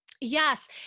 Yes